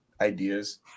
ideas